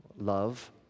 love